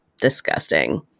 disgusting